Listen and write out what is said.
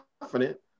confident